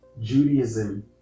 Judaism